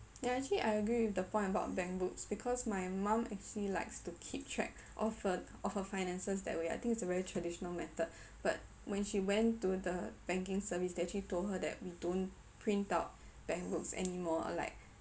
ya actually I agree with the point about bank books because my mum actually likes to keep track of her of her finances that way I think it's a very traditional method but when she went to the banking service they actually told her that we don't print out bank books anymore or like